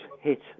hit